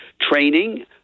training